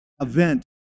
event